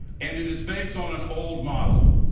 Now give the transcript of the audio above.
and it is based on an old model.